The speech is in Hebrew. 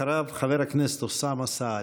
אחריו, חבר הכנסת אוסאמה סעדי.